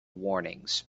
warnings